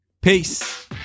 Peace